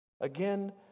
Again